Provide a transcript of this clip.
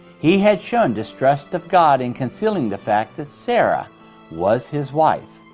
he had shown distrust of god in concealing the fact that sarah was his wife.